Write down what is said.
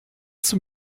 zum